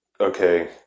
okay